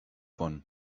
one